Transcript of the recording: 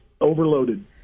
overloaded